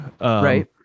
right